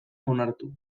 onartu